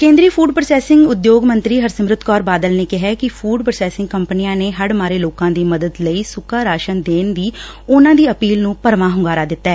ਕੇਦਰੀ food processing ਉਦਯੋਗ ਮੰਤਰੀ ਹਰਸਿਮਰਤ ਕੌਰ ਬਾਦਲ ਨੇ ਕਿਹਾ ਕਿ ਫੂਡ ਪ੍ਰੋਸੈਸਿੰਗ ਕੰਪਨੀਆਂ ਨੇ ਹਵੁ ਮਾਰੇ ਲੋਕਾ ਦੀ ਮਦਦ ਲਈ ਸੁੱਕਾ ਰਾਸਣ ਦੇਣ ਦੀ ਉਨਾਂ ਦੀ ਅਪੀਲ ਨੁੰ ਭਰਾਵਾਂ ਹੁੰਗਾਰਾ ਦਿੱਤੈ